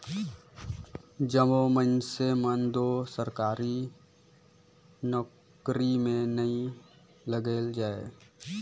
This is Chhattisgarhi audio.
जम्मो मइनसे मन दो सरकारी नउकरी में नी लइग जाएं